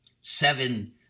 Seven